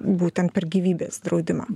būtent per gyvybės draudimą